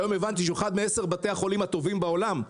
שהיום הבנתי שהוא אחד מעשרת בתי החולים הטובים בעולם,